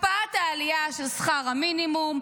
הקפאת העלייה של שכר המינימום,